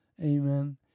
Amen